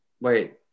Wait